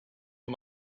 for